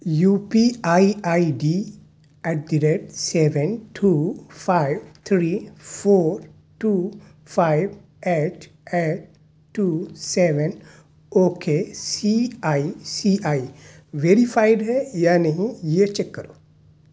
you P I I D at the rate seven two five three four two five eight eight two seven O K C I C I verified ہے یا نہیں یہ check کرو